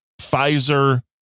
Pfizer